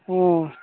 ꯎꯝ